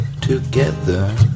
together